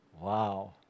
Wow